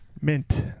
Mint